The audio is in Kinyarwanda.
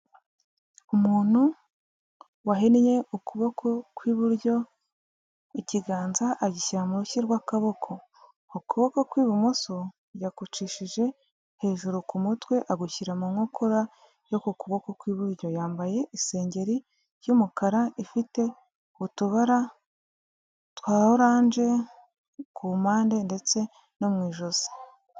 Umuntu wahinnye ukuboko kw'iburyo, ikiganza agishyira mu rushyi rw'akaboko. Ukuboko kw'ibumoso yagucishije hejuru ku mutwe agushyira mu nkokora yo ku kuboko kw'iburyo, yambaye isengeri ry'umukara ifite utubara twa orange ku mpande ndetse no mu ijosi.